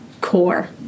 core